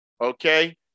okay